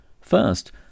First